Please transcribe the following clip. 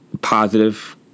positive